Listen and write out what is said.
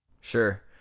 Sure